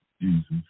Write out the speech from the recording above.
Jesus